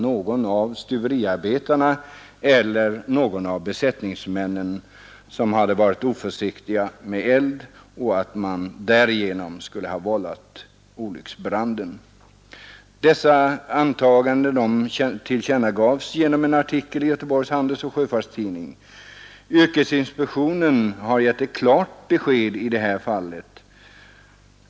Någon av stuveriarbetarna eller besättningsmännen skulle alltså ha varit oförsiktig med eld och orsakat olycksbranden. Dessa antaganden tillkännagavs i en artikel i Göteborgs Handelsoch Sjöfarts-Tidning. Yrkesinspektionen har givit klart besked i detta fall.